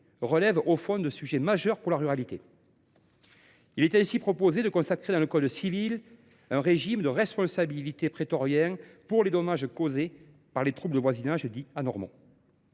relèvent au fond de sujets majeurs pour la ruralité. Il est proposé de consacrer dans le code civil un régime de responsabilité prétorien pour les dommages causés par les troubles de voisinage dits anormaux.